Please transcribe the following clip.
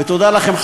ותודה לכם,